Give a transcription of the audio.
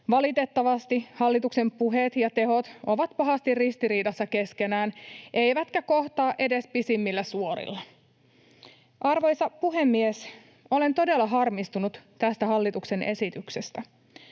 Valitettavasti hallituksen puheet ja tehot ovat pahasti ristiriidassa keskenään eivätkä kohtaa edes pisimmillä suorilla. Arvoisa puhemies! Olen todella harmistunut tästä hallituksen esityksestä.